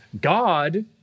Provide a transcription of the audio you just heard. God